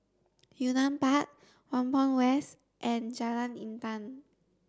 Yunnan Park Whampoa West and Jalan Intan